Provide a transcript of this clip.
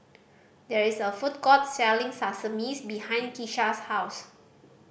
there is a food court selling Sashimi behind Kisha's house